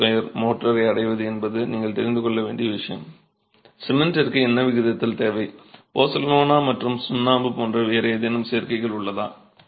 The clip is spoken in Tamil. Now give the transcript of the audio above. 5 Nmm2 மோர்டரை அடைவது என்பது நீங்கள் தெரிந்து கொள்ள வேண்டிய விஷயம் சிமெண்டிற்கு என்ன விகிதத்தில் தேவை பொஸோலானா மற்றும் சுண்ணாம்பு போன்ற வேறு ஏதேனும் சேர்க்கைகள் உள்ளதா